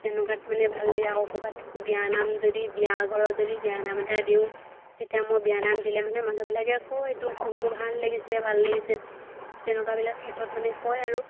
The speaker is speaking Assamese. তেনেকুৱাত মানে ভাল লাগে আকৌ ক'ৰবাত বিয়ানাম যদি বিয়া ঘৰৰ যদি বিয়ানাম এটা দিওঁ তেতিয়া মই বিয়ানাম দিলে মানে মানুহবিলাকে কয় তোৰ সুৰটো ভাল লাগিছে ভাল লাগিছে তেনেকুৱাবিলাক ক্ষেত্ৰত মানে কয় আৰু